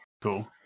cool